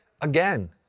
again